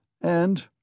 and—